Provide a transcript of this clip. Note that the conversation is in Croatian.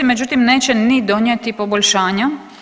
Međutim, neće ni donijeti poboljšanja.